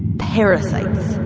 parasites.